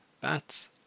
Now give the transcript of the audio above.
bats